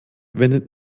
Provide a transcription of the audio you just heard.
wendet